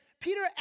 Peter